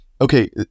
okay